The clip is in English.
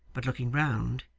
but looking round,